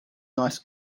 nice